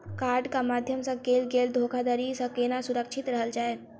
कार्डक माध्यम सँ कैल गेल धोखाधड़ी सँ केना सुरक्षित रहल जाए?